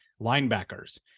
linebackers